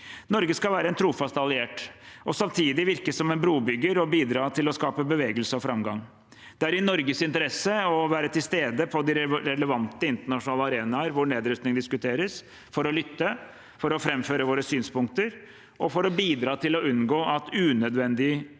Norge skal være en trofast alliert og samtidig virke som en brobygger og bidra til å skape bevegelse og framgang. Det er i Norges interesse å være til stede på de relevante internasjonale arenaer hvor nedrustning diskuteres, for å lytte, for å framføre våre synspunkter og for å bidra til å unngå unødvendige motsetninger